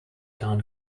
town